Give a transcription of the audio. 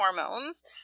hormones